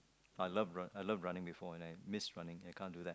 I love run I love running before and I missed running and I can't do that